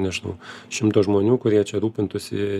nežnau šimto žmonių kurie čia rūpintųsi